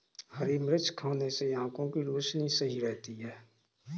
हरी मिर्च खाने से आँखों की रोशनी सही रहती है